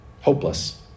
hopeless